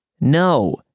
no